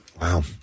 Wow